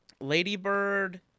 Ladybird